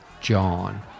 John